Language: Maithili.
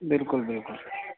बिल्कुल बिल्कुल